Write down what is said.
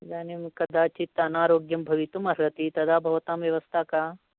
इदानीं कदाचित् अनारोग्यं भवितुम् अर्हति तदा भवतां व्यवस्था का